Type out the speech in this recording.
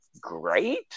great